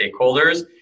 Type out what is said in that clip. stakeholders